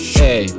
hey